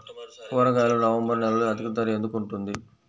కూరగాయలు నవంబర్ నెలలో అధిక ధర ఎందుకు ఉంటుంది?